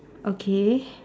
okay